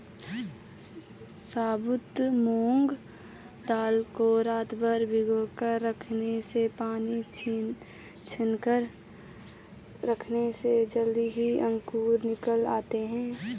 साबुत मूंग दाल को रातभर भिगोकर रखने से पानी छानकर रखने से जल्दी ही अंकुर निकल आते है